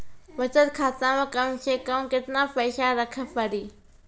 बचत खाता मे कम से कम केतना पैसा रखे पड़ी?